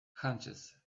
hunches